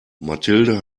mathilde